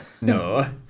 No